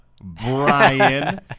Brian